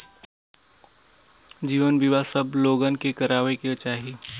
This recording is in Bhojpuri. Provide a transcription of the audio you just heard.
जीवन बीमा सब लोगन के करावे के चाही